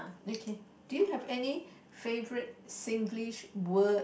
okay do you have any favorite Singlish word